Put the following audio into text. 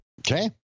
Okay